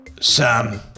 Sam